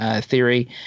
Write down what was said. theory